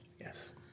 Yes